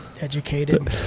educated